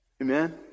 Amen